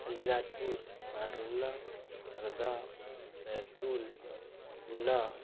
अलिराजपुर बांडौना रद्धा बैतूल गुना